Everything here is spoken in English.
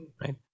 right